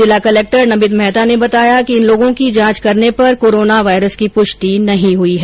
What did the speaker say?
जिला कलक्टर नमित मेहता ने बताया कि इन लोगों की जांच करने पर कोरोना वायरस की पुष्टि नहीं हुई है